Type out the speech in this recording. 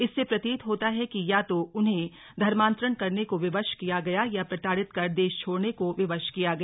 इससे प्रतीत होता है कि या तो उन्हें धर्मांतरण करने को विवश किया गया या प्रताड़ित कर देश छोड़ने को विवश किया गया